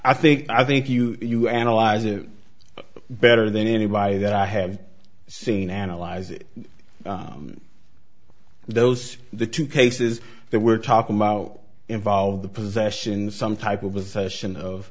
i think i think you you analyze it better than anybody that i have seen analyze it those are the two cases that we're talking about involve the possession some type of was in of